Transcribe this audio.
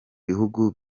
bihugu